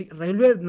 railway